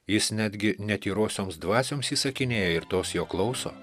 jis netgi netyrosioms dvasioms įsakinėja ir tos jo klauso